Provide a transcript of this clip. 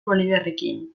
boliviarrekin